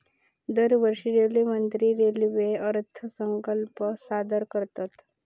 दरवर्षी रेल्वेमंत्री रेल्वे अर्थसंकल्प सादर करतत